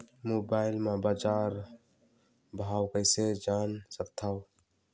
Mobile म बजार भाव कइसे जान सकथव?